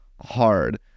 hard